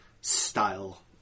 style